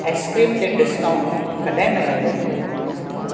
ice cream ते discount कॾहिं मिलंदो